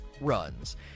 runs